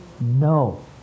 no